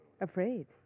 afraid